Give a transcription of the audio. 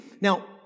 now